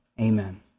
Amen